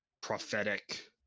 prophetic